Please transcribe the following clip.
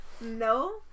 no